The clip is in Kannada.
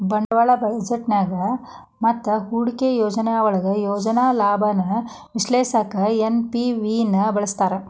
ಬಂಡವಾಳ ಬಜೆಟ್ನ್ಯಾಗ ಮತ್ತ ಹೂಡಿಕೆ ಯೋಜನೆಯೊಳಗ ಯೋಜನೆಯ ಲಾಭಾನ ವಿಶ್ಲೇಷಿಸಕ ಎನ್.ಪಿ.ವಿ ನ ಬಳಸ್ತಾರ